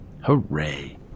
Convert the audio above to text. Hooray